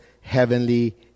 heavenly